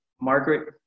Margaret